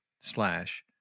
slash